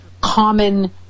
common